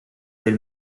del